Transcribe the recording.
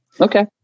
Okay